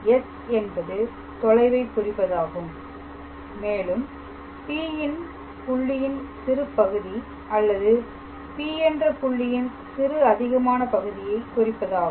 S என்பது தொலைவை குறிப்பதாகும் மேலும் P ன் புள்ளியின் சிறு பகுதி அல்லது P என்ற புள்ளியின் சிறு அதிகமான பகுதியை குறிப்பதாகும்